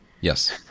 Yes